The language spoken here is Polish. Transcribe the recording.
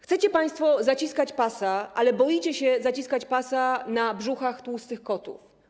Chcecie państwo zaciskać pasa, ale boicie się zaciskać pasa na brzuchach tłustych kotów.